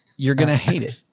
you're going to hate it.